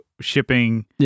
shipping